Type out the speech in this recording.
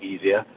easier